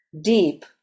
deep